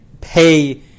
pay